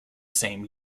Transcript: same